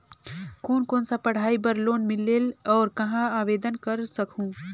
कोन कोन सा पढ़ाई बर लोन मिलेल और कहाँ आवेदन कर सकहुं?